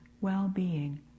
well-being